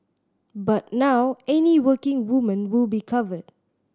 but now any working woman will be covered